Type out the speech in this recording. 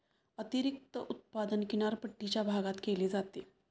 अतिरिक्त उत्पादन किनारपट्टीच्या भागात केले जाते